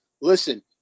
listen